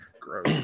gross